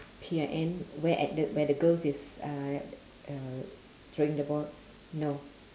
P I N where at the where the girls is uh uh throwing the ball no